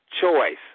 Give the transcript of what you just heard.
choice